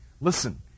Listen